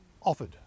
offered